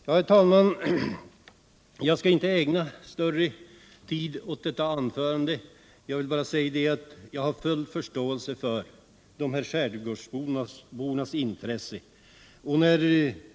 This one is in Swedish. Jag har full förståelse för skärgårdsbornas intresse av vårjakt på sjöfågel.